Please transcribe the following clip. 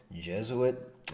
Jesuit